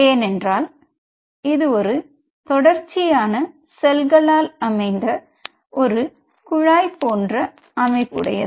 ஏனென்றால் இது ஒரு தொடர்ச்சியான செல்களால் அமைந்த ஒரு குழாய் போன்ற அமைப்புடையது